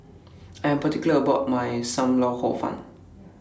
I Am particular about My SAM Lau Hor Fun